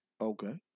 Okay